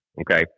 Okay